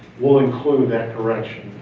will include that correction.